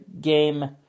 game